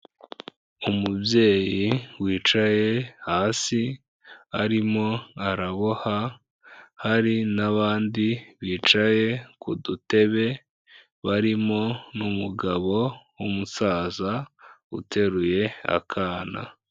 Umubyeyi wicaye hasi, arimo araboha, hari n'abandi bicaye ku dutebe barimo n'umugabo w'umusaza uteruye akana.